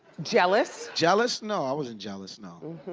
jealous. jealous? no, i wasn't jealous, no.